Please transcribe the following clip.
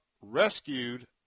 rescued